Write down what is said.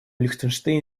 лихтенштейн